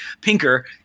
Pinker